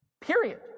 Period